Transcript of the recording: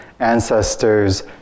Ancestors